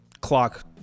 clock